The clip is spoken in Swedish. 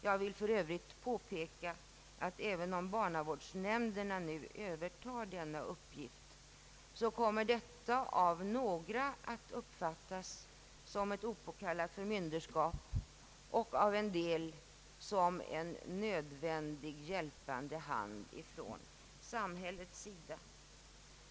Jag vill för övrigt påpeka att även om barnavårdsnämnderna nu övertar denna uppgift, så kommer detia av några att uppfattas som ett opåkallat förmynderskap och av andra som en nödvändig hjälpande hand från samhällets sida.